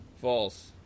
False